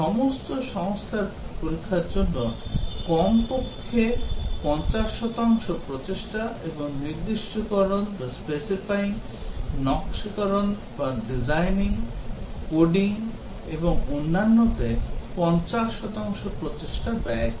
সমস্ত সংস্থা পরীক্ষার জন্য কমপক্ষে 50 শতাংশ প্রচেষ্টা এবং নির্দিষ্টকরণ নকশিকরণ কোডিং এবং অন্যান্যতে 50 শতাংশ প্রচেষ্টা ব্যয় করে